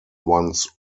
once